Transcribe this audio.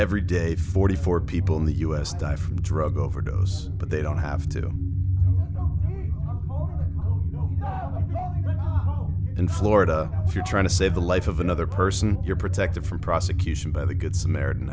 every day forty four people in the u s die from drug overdose but they don't have to do in florida if you're trying to save the life of another person you're protected from prosecution by the good samaritan